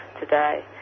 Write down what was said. today